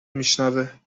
میشنوه